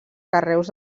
carreus